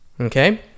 Okay